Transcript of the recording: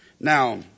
Now